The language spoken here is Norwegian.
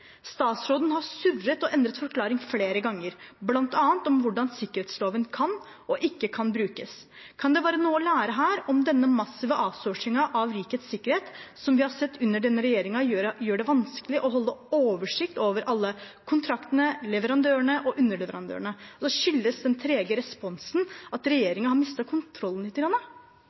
Statsråden har surret og endret forklaring flere ganger, bl.a. om hvordan sikkerhetsloven kan og ikke kan brukes. Kan det være noe å lære her, f.eks. om denne massive outsourcingen av rikets sikkerhet som vi har sett under denne regjeringen, gjør det vanskelig å holde oversikt over alle kontraktene, leverandørene og underleverandørene? Og skyldes den trege responsen at regjeringen har mistet kontrollen